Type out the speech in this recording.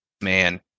man